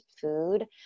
food